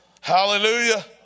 Hallelujah